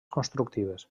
constructives